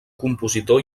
compositor